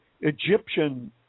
Egyptian